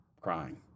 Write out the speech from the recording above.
crying